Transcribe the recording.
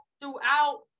throughout